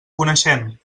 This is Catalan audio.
coneixem